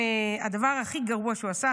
הדבר הכי גרוע שהוא עשה,